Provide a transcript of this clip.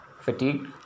fatigued